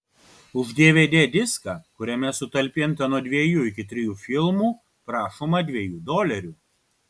už dvd diską kuriame sutalpinta nuo dviejų iki trijų filmų prašoma dviejų dolerių